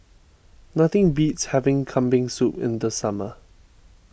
nothing beats having Kambing Soup in the summer